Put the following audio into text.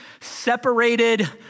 separated